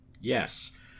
Yes